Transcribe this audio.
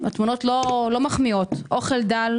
תמונות לא מחמיאות אוכל דל,